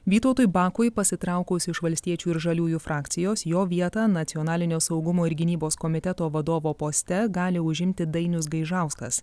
vytautui bakui pasitraukus iš valstiečių ir žaliųjų frakcijos jo vietą nacionalinio saugumo ir gynybos komiteto vadovo poste gali užimti dainius gaižauskas